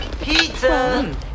Pizza